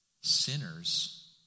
sinners